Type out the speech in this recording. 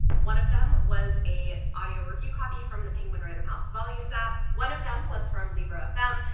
one of them was a audio review copy from the penguin random house volumes app, one of them was from libro fm.